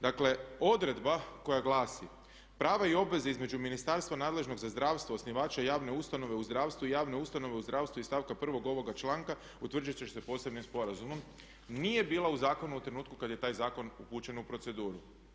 Dakle odredba koja glasi prava i obveze između Ministarstva nadležnog za zdravstvo, osnivača javne ustanove u zdravstvu i javne ustanove u zdravstvu iz stavka 1. ovoga članka utvrditi će se posebnim sporazumom, nije bila u zakonu u trenutku kada je taj zakon upućen u proceduru.